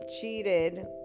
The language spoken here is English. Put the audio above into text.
cheated